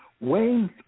Wayne